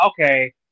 okay